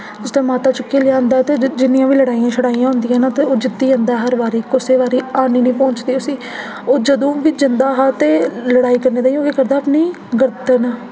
उसदे माता चुक्कियै लेआंदा ऐ ते जिन्नियां बी लड़ाइयां शड़ाइयां होंदियां न ते ओह् जित्ती जंदा हर बारी कुसै बारी हानि निं पोंचदी उस्सी ओह् जदूं बी जंदा हा ते लड़ाई करने ताईं ते ओह् केह् करदा हा अपनी गर्दन